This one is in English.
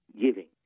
giving